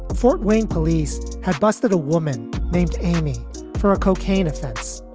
ah fort wayne police had busted a woman named amy for a cocaine offense.